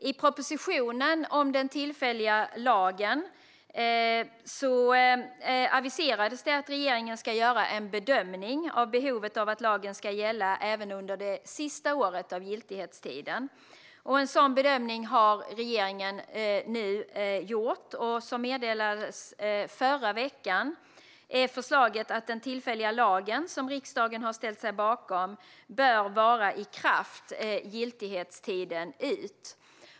I propositionen om den tillfälliga lagen aviserades det att regeringen ska göra en bedömning av behovet av att lagen ska gälla även under det sista året av giltighetstiden. En sådan bedömning har regeringen nu gjort, och som meddelades förra veckan är förslaget att den tillfälliga lagen, som riksdagen har ställt sig bakom, bör vara i kraft giltighetstiden ut.